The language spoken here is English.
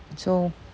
so